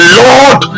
lord